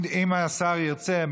אם השר ירצה,